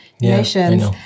nations